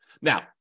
Now